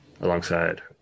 alongside